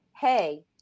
hey